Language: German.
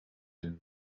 den